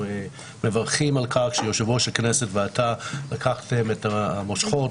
מברכים על כך שיושב ראש הכנסת ואתה לקחתם את המושכות